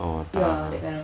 oh tak